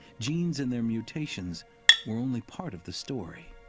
genes and their mutations were only part of the story.